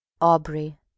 Aubrey